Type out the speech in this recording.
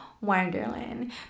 Wonderland